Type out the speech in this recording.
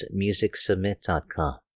musicsubmit.com